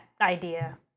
idea